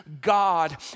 God